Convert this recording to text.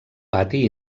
pati